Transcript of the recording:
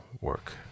work